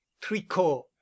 Tricot